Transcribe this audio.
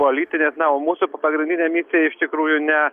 politinės na o mūsų pagrindinė misija iš tikrųjų ne